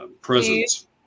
presence